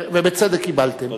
ובצדק קיבלתם.